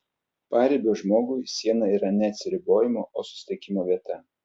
paribio žmogui siena yra ne atsiribojimo o susitikimo vieta